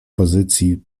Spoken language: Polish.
pozycji